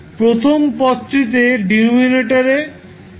প্রথম পদটিতে ডিনোমিনেটরে s p1 রয়েছে